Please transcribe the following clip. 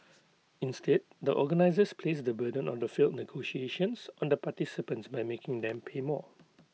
instead the organisers placed the burden of the failed negotiations on the participants by making them pay more